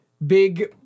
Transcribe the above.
Big